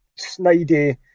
snidey